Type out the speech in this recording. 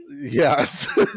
Yes